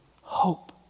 Hope